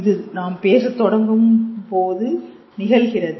இது நாம் பேசத் தொடங்கும்போது நிகழ்கிறது